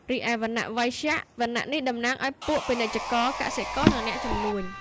រីឯវណ្ណៈវៃស្យ វណ្ណៈនេះតំណាងឲ្យពួកពាណិជ្ជករ កសិករ និងអ្នកជំនួញ។